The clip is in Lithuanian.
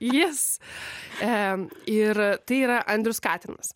jis e ir tai yra andrius katinas